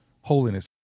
holiness